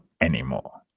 anymore